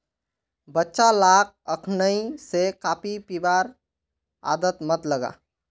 बच्चा लाक अखनइ स कॉफी पीबार आदत मत लगा